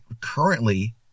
currently